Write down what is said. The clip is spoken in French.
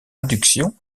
induction